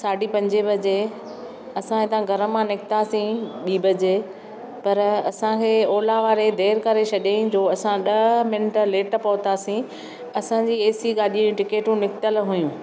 साढी पंजे वजे असां हितां घर मां निकितासीं ॿीं बजे पर असांखे ओला वारे देरि करे छॾियईं जो असां ॾह मिंट लेट पहुतासीं असांजी ए सी गाॾीअ जूं टिकेटूं निकितलु हुयूं